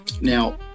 Now